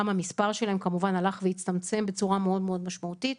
גם המספר שלהם כמובן הלך והצטמצם בצורה מאוד מאוד משמעותית.